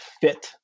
fit